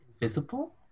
Invisible